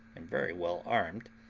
and very well armed,